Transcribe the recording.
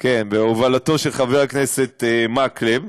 בהובלתו של חבר הכנסת מקלב.